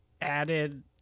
added